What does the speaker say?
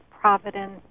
Providence